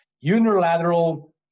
unilateral